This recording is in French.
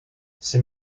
ces